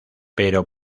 pero